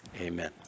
Amen